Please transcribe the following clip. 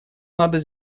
надо